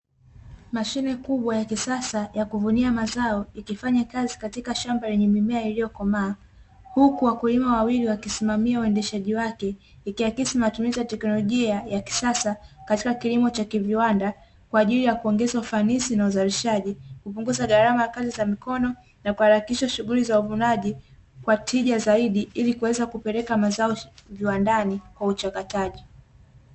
Mashine kubwa ya kisasa ya kuvunia mazao Ikifanya kazi katika shamba lenye mimea iliokomaa, huku wakulima wawili wakisimamia uendeshaji wake ikiakisi matumizi ya teknolojia ya kisasa katika kilimo cha viwanda kwaajili ya kuongeza ufanisi na uzalishaji, kupunguza gharama ya kazi za mkono na kuharakisha shughuli za uvunaji kwa tija zaidi, ilikuweza kupeleka mazao viwandani kwa uchakataji.